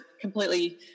completely